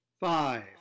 Five